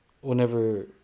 whenever